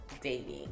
dating